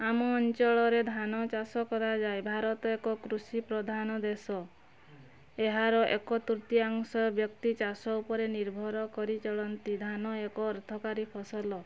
ଆମ ଅଞ୍ଚଳରେ ଧାନଚାଷ କରାଯାଏ ଭାରତ ଏକ କୃଷିପ୍ରଧାନ ଦେଶ ଏହାର ଏକ ତୃତୀୟାଂଶ ବ୍ୟକ୍ତି ଚାଷ ଉପରେ ନିର୍ଭର କରି ଚଳନ୍ତି ଧାନ ଏକ ଅର୍ଥକାରୀ ଫସଲ